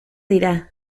dira